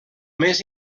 més